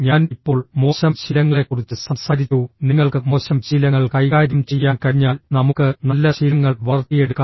ഞാൻ ഇപ്പോൾ മോശം ശീലങ്ങളെക്കുറിച്ച് സംസാരിച്ചു നിങ്ങൾക്ക് മോശം ശീലങ്ങൾ കൈകാര്യം ചെയ്യാൻ കഴിഞ്ഞാൽ നമുക്ക് നല്ല ശീലങ്ങൾ വളർത്തിയെടുക്കാം